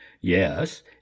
Yes